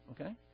okay